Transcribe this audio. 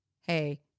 hey